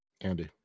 Andy